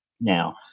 Now